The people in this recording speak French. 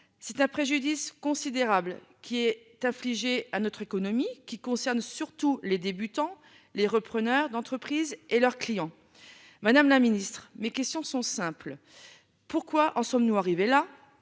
C'est un préjudice considérable qui est affligé à notre économie qui concerne surtout les débutants, les repreneurs d'entreprises et leurs clients. Madame la Ministre, mes questions sont simples, pourquoi en sommes-nous arrivés là.